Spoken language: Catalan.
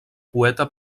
poeta